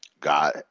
God